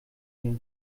mir